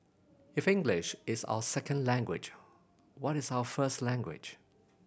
if English is our second language what is our first language